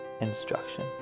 instruction